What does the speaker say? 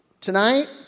tonight